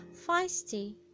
Feisty